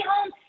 home